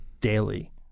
daily